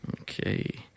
Okay